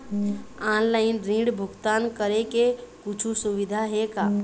Online ऋण भुगतान करे के कुछू सुविधा हे का?